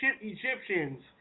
Egyptians